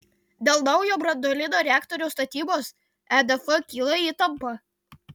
dėl naujo branduolinio reaktoriaus statybos edf kyla įtampa